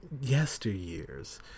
yesteryears